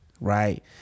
right